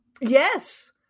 yes